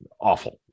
awful